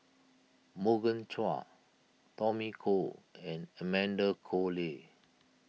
Morgan Chua Tommy Koh and Amanda Koe Lee